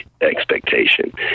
expectation